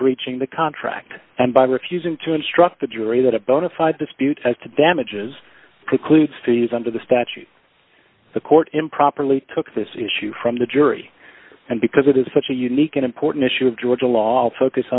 breaching the contract and by refusing to instruct the jury that a bona fide dispute as to damages precludes fees under the statute the court improperly took this issue from the jury and because it is such a unique and important issue of georgia law focus